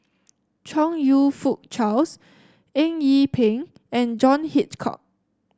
Chong You Fook Charles Eng Yee Peng and John Hitchcock